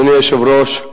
אדוני היושב-ראש,